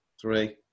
three